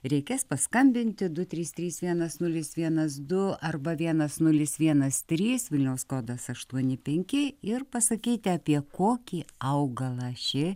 reikės paskambinti du trys trys vienas nulis vienas du arba vienas nulis vienas trys vilniaus kodas aštuoni penki ir pasakyti apie kokį augalą ši